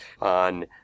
on